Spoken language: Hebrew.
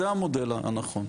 זה המודל הנכון.